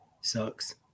Sucks